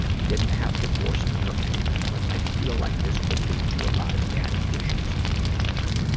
he didn't have to force me or anything, but i feel like this will lead to a lot of daddy issues in the future.